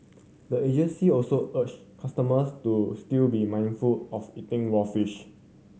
the agency also urged customers to still be mindful of eating raw fish